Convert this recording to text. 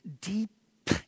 deep